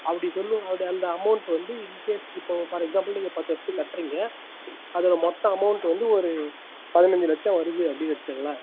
அப்படி சொல்லும் அப்படி அந்த அமௌண்ட்டு வந்து இன்கேஸ் இப்போது ஃபார் எக்ஸாம்பிள் நீங்கள் பத்து வருஷத்துக்கு கட்டுறீங்க அதில் மொத்த அமௌண்ட்டு ஒரு பதினைஞ்சு லட்சம் வருது அப்படின்னு வைச்சுக்கோங்களேன்